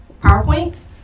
PowerPoints